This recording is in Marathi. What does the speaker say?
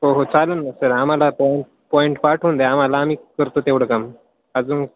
हो हो चालेल ना सर आम्हाला पॉईंट पॉईंट पाठवून द्या आम्हाला आम्हीही करतो तेवढं काम अजून